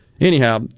Anyhow